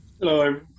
Hello